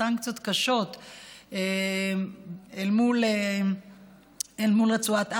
סנקציות קשות אל מול רצועת עזה,